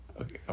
Okay